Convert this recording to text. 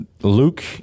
Luke